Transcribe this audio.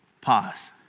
Pause